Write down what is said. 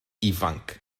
ifanc